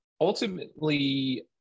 ultimately